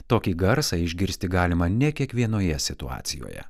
tokį garsą išgirsti galima ne kiekvienoje situacijoje